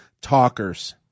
talkers